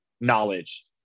knowledge